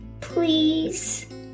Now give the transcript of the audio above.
Please